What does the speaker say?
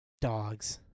Dogs